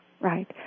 Right